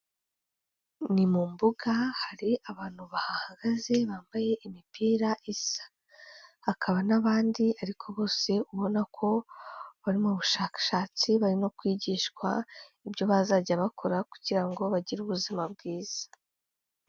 Ni mu mbuga hari abantu bahagaze bambaye imipira isa, hakaba n'abandi ariko bose ubona ko bari mu bushakashatsi barimo kwigishwa ibyo bazajya bakora kugira ngo bagire ubuzima bwiza.